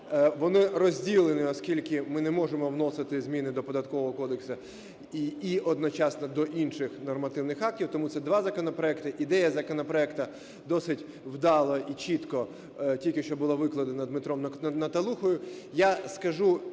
Вони розділені, оскільки ми не можемо вносити зміни до Податкового кодексу і одночасно до інших нормативних актів, тому ці два законопроекти. Ідея законопроекту досить вдало і чітко тільки що була викладена Дмитром Наталухою.